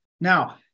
Now